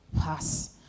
pass